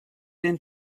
den